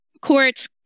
courts